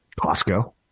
Costco